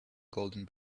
golden